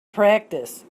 practice